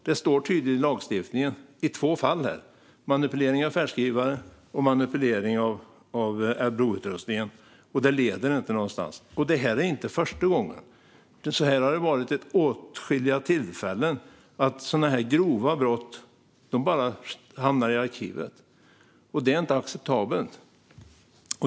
Det står tydligt i lagstiftningen om två fall: manipulering av färdskrivaren och manipulering av Adblue-utrustningen. Ändå leder det ingenstans. Och det här är inte första gången. Så här har det varit vid åtskilliga tillfällen. Sådana här grova brott hamnar bara i arkivet. Det är inte acceptabelt.